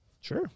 Sure